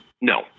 No